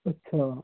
ਅੱਛਾ